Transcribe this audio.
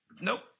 nope